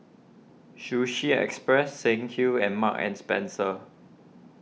Sushi Express Saint Ives and Marks and Spencer